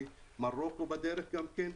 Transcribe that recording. ומרוקו בדרך גם כן.